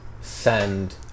send